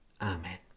Amen